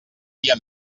dia